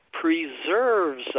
preserves